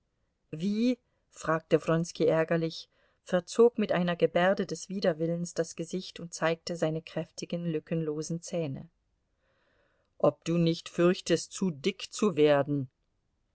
wie fragte wronski ärgerlich verzog mit einer gebärde des widerwillens das gesicht und zeigte seine kräftigen lückenlosen zähne ob du nicht fürchtest zu dick zu werden